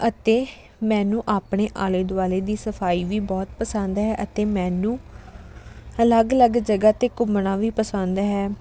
ਅਤੇ ਮੈਨੂੰ ਆਪਣੇ ਆਲੇ ਦੁਆਲੇ ਦੀ ਸਫਾਈ ਵੀ ਬਹੁਤ ਪਸੰਦ ਹੈ ਅਤੇ ਮੈਨੂੰ ਅਲੱਗ ਅਲੱਗ ਜਗ੍ਹਾ 'ਤੇ ਘੁੰਮਣਾ ਵੀ ਪਸੰਦ ਹੈ